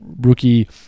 rookie